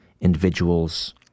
Individuals